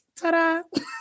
ta-da